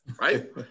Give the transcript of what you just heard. right